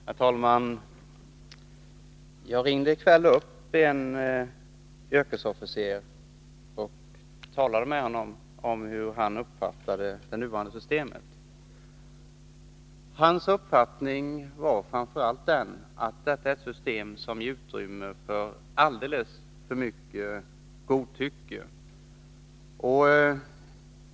Herr talman! Jag ringde i kväll upp en yrkesofficer och talade med honom om hur han uppfattade det nuvarande systemet. Hans uppfattning var framför allt den att systemet ger utrymme för alldeles för mycket godtycke.